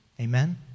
Amen